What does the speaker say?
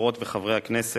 חברות וחברי הכנסת,